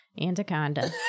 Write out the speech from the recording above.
Anaconda